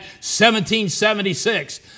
1776